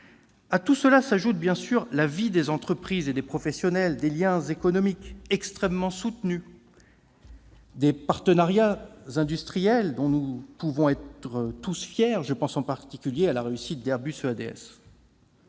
À tout cela s'ajoute évidemment la vie des entreprises et des professionnels, des liens économiques extrêmement soutenus, des partenariats industriels dont nous pouvons tous être fiers ; je pense en particulier à la réussite d'Airbus-EADS.